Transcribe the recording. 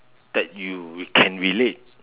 that you you can relate